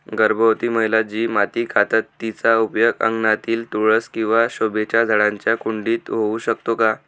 गर्भवती महिला जी माती खातात तिचा उपयोग अंगणातील तुळस किंवा शोभेच्या झाडांच्या कुंडीत होऊ शकतो का?